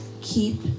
keep